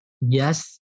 yes